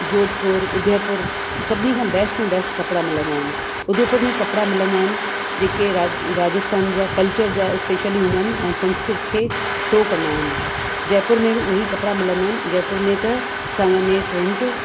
जोधपुर उदयपुर सभिनी खां बैस्ट में बैस्ट कपिड़ा मिलंदा आहिनि उदयपुर में कपिड़ा मिलंदा आहिनि जेके राज राजस्थान जा कल्चर जा स्पैशल ई हूंदा आहिनि ऐं संस्कृत खे शो कंदा आहिनि जयपुर में बि उहो ई कपिड़ा मिलंदा आहिनि जयपुर में त सांगनेर प्रिंट